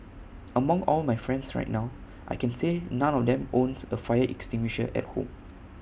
among all my friends right now I can say none of them owns A fire extinguisher at home